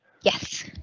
Yes